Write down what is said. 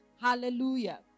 Hallelujah